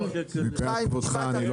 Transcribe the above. חיים, משפט אחרון.